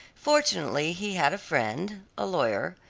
fortunately he had a friend, a lawyer,